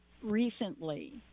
recently